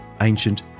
ancient